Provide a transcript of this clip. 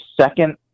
second